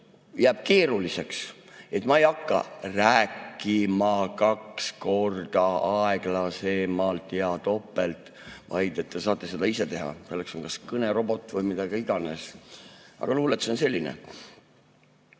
jääb keeruliseks, siis ma ei hakka rääkima kaks korda aeglasemalt ja topelt, vaid te saate seda ise teha, selleks on kas kõnerobot või mida iganes. Aga luuletus on selline.